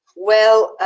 well,